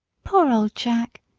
poor old jack!